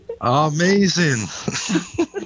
Amazing